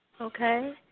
Okay